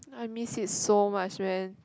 I miss it so much man